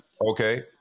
okay